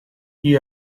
you